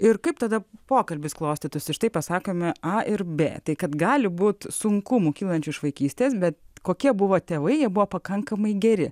ir kaip tada pokalbis klostytųsi štai pasakome a ir b tai kad gali būti sunkumų kylančių iš vaikystės bet kokie buvo tėvai jie buvo pakankamai geri